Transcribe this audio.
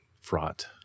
fraught